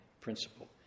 principle